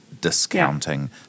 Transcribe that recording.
discounting